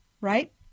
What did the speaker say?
Right